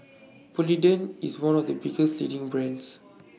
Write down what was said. Polident IS one of The biggest leading brands